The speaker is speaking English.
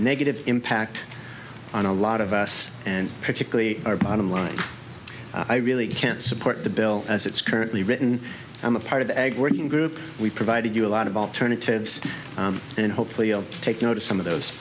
negative impact on a lot of us and particularly our bottom line i really can't support the bill as it's currently written on the part of the ag working group we provided you a lot of alternatives and hopefully you'll take notice some of those